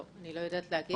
לא, אני לא יודעת להגיד.